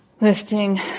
Lifting